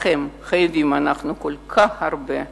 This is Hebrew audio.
לכם חייבים אנחנו כל כך הרבה,